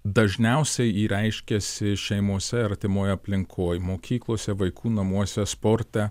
dažniausiai ji reiškiasi šeimose artimoj aplinkoj mokyklose vaikų namuose sporte